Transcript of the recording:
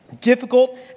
difficult